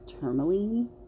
tourmaline